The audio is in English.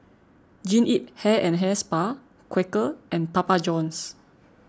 Jean Yip Hair and Hair Spa Quaker and Papa Johns